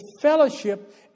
fellowship